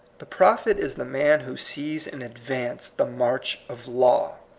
the prophet is the man who sees in advance the march of law.